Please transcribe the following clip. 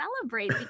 celebrate